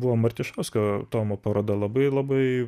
buvo martišausko tomo paroda labai labai